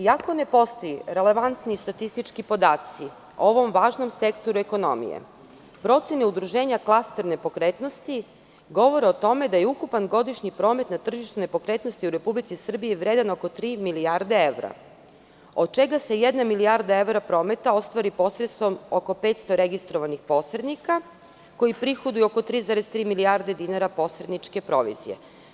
iako ne postoje relevantni statistički podaci o ovom važnom sektoru ekonomije, procene udruženja klase nepokretnosti govore o tome da je ukupan godišnji promet na tržištu nepokretnosti u Republici Srbiji vredan oko tri milijarde evra, od čega se jedna milijarda evra prometa ostvari posredstvom oko 500 registrovanih posrednika koji prihoduju oko 3,3 milijarde dinara posredničke provizije.